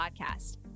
podcast